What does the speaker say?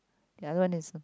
the other one is